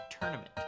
tournament